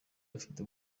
bafite